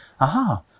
aha